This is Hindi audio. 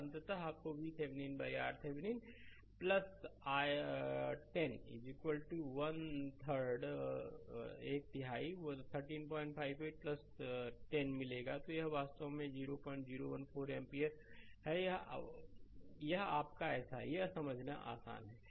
तो अंततः आपको VThevenin RThevenin 10 एक तिहाई 1358 10 मिलेगा तो यह वास्तव में 0014 एम्पीयर है यह आपका ऐसा है यह समझना आसान है